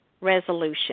resolution